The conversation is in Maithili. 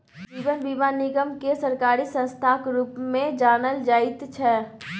जीवन बीमा निगमकेँ सरकारी संस्थाक रूपमे जानल जाइत छै